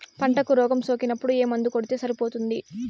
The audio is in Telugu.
పంటకు రోగం సోకినపుడు ఏ మందు కొడితే సరిపోతుంది?